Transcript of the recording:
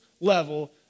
level